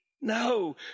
No